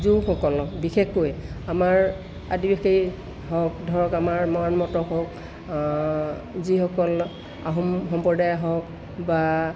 লোকসকলক বিশেষকৈ আমাৰ আদিবাসী হওক ধৰক আমাৰ মৰাণ মটক হওক যিসকল আহোম সম্প্ৰদায়ৰ হওক বা